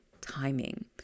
timing